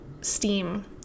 steam